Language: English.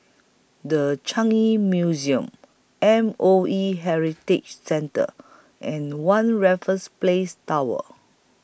The Changi Museum M O E Heritage Centre and one Raffles Place Tower